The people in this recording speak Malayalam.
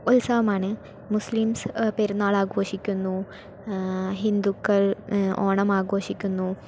ഉത്സവമാണ് മുസ്ലിംസ് പെരുന്നാളാഘോഷിക്കുന്നു ഹിന്ദുക്കൾ ഓണം ആഘോഷിക്കുന്നു